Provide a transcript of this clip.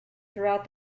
throughout